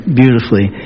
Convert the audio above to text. beautifully